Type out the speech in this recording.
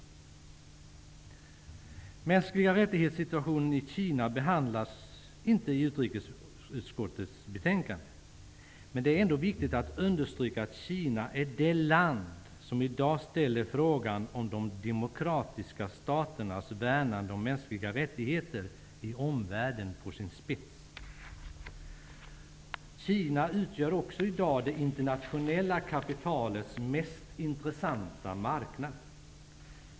Situationen för mänskliga rättigheter i Kina behandlas inte i utrikesutskottets betänkande. Men det är viktigt att understryka att Kina är det land som i dag ställer frågan om de demokratiska staternas värnande om mänskliga rättigheter i omvärlden på sin spets. Kina utgör också i dag det internationella kapitalets mest intressanta marknad.